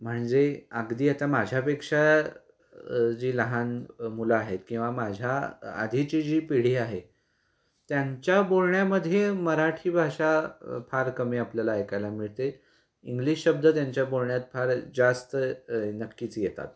म्हणजे अगदी आता माझ्यापेक्षा जी लहान मुलं आहेत किंवा माझ्या आधीची जी पिढी आहे त्यांच्या बोलण्यामध्ये मराठी भाषा फार कमी आपल्याला ऐकायला मिळते इंग्लिश शब्द त्यांच्या बोलण्यात फार जास्त नक्कीच येतात